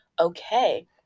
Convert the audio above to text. okay